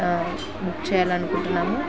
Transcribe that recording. book చేయాలి అనుకుంటున్నాము